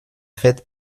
faite